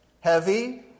heavy